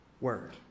word